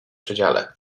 przedziale